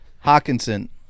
Hawkinson